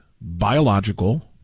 biological